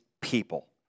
people